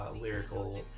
lyrical